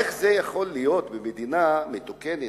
איך זה יכול לקרות במדינה מתוקנת,